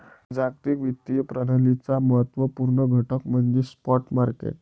जागतिक वित्तीय प्रणालीचा महत्त्व पूर्ण घटक म्हणजे स्पॉट मार्केट